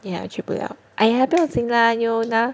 yeah 去不了 !aiya! 不要紧 lah 有得拿